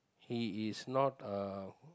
he is not uh